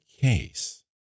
case